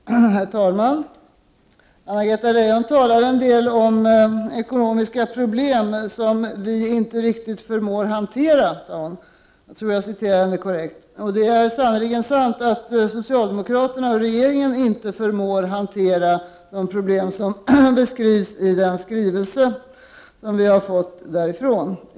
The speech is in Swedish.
Herr talman! Anna-Greta Leijon talar en del om ekonomiska problem som vi inte riktigt förmår hantera, som hon sade. Jag tror jag citerar henne korrekt. Det är sannerligen sant att socialdemokraterna och regeringen inte förmår hantera de problem som beskrivs i den skrivelse vi har fått därifrån.